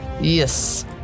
Yes